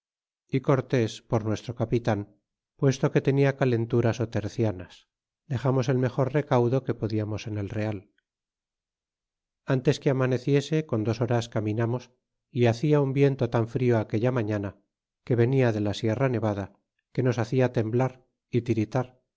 y cortés por nuestro capitan puesto que tenia calenturas ó tercianas dexamos el mejor recaudo que podiamos en el real antes que amaneciese con dos horas caminamos y hacia un viento tan frio aquella mañana que venia de la sierra nevada que nos hacia temblar é tiritar